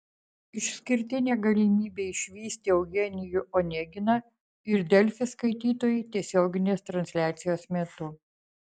išskirtinę galimybę išvysti eugenijų oneginą ir delfi skaitytojai tiesioginės transliacijos metu